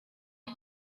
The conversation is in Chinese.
形状